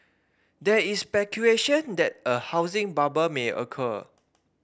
there is speculation that a housing bubble may occur